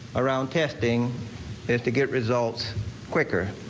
around casting that to get results quicker.